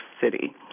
City